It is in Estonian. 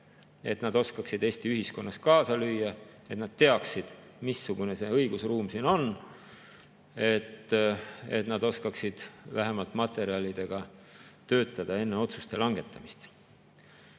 et nad oskaksid Eesti ühiskonnas kaasa lüüa, et nad teaksid, missugune see õigusruum siin on, et nad oskaksid vähemalt materjalidega töötada enne otsuste langetamist.